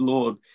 Lord